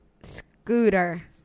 Scooter